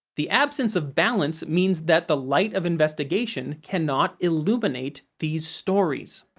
the absence of balance means that the light of investigation cannot illuminate these stories.